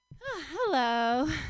Hello